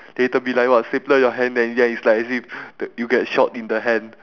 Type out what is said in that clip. then later be like !wah! stapler your hand then ya it's like as if you get shot in the hand